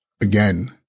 again